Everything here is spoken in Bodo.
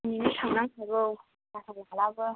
दिनैनो थांनांखागौ